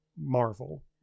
Marvel